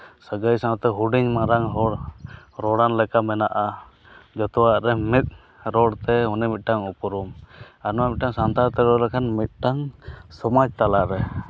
ᱥᱟᱹᱜᱟᱭ ᱥᱟᱶᱛᱮ ᱦᱩᱰᱤᱧ ᱢᱟᱨᱟᱝ ᱦᱚᱲ ᱨᱚᱲᱟᱱ ᱞᱮᱠᱟ ᱢᱮᱱᱟᱜᱼᱟ ᱡᱚᱛᱚᱣᱟᱜ ᱨᱮ ᱢᱤᱫ ᱨᱚᱲᱛᱮ ᱩᱱᱤ ᱢᱤᱫᱴᱟᱝ ᱩᱯᱨᱩᱢ ᱟᱨ ᱱᱚᱣᱟ ᱢᱤᱫᱴᱟᱝ ᱥᱟᱱᱛᱟᱲᱛᱮ ᱨᱚᱲ ᱞᱮᱠᱷᱟᱱ ᱢᱤᱫᱴᱟᱝ ᱥᱚᱢᱟᱡᱽ ᱛᱟᱞᱟᱨᱮ